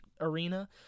arena